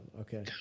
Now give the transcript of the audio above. okay